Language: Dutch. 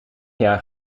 jaar